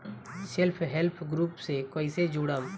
Self help group से कइसे जुड़म?